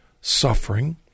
suffering